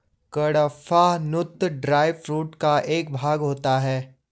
कड़पहनुत dry food का एक भाग होता है